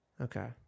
Okay